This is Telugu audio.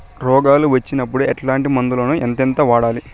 రోగాలు వచ్చినప్పుడు ఎట్లాంటి మందులను ఎంతెంత వాడాలి?